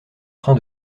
train